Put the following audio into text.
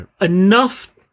enough